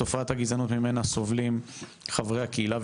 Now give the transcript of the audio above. ותופעת הגזענות ממנה סובלים חברי הקהילה,